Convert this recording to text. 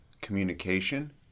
communication